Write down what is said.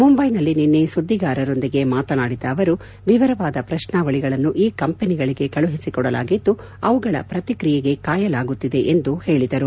ಮುಂಬೈನಲ್ಲಿ ನಿನ್ನೆ ಸುದ್ದಿಗಾರರೊಂದಿಗೆ ಮಾತನಾಡಿದ ಅವರು ವಿವರವಾದ ಪ್ರಶ್ನಾವಳಿಗಳನ್ನು ಈ ಕಂಪನಿಗಳಿಗೆ ಕಳುಹಿಸಿಕೊಡಲಾಗಿದ್ದು ಅವುಗಳ ಪ್ರತಿಕ್ರಿಯೆ ಕಾಯಲಾಗುತ್ತಿದೆ ಎಂದು ಹೇಳಿದರು